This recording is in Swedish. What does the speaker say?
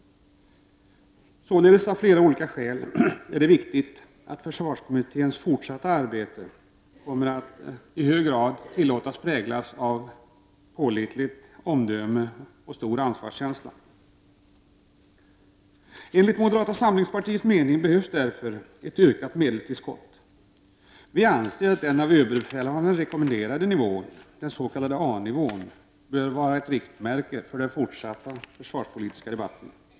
Av flera skäl är det således viktigt att försvarskommitténs fortsatta arbete i hög grad präglas av pålitligt omdöme och stor ansvarskänsla. Enligt moderata samlingspartiets mening behövs därför ett ökat medelstillskott. Vi anser att den av överbefälhavaren rekommenderade nivån, den s.k. A-nivån, bör vara ett riktmärke för den fortsatta försvarspolitiska debatten.